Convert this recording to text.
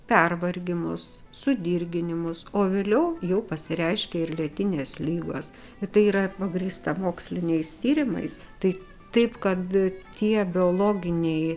pervargimus sudirginimus o vėliau jau pasireiškia ir lėtinės ligos ir tai yra pagrįsta moksliniais tyrimais tai taip kad tie biologiniai